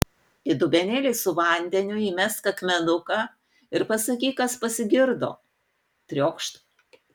į dubenėlį su vandeniu įmesk akmenuką ir pasakyk kas pasigirdo triokšt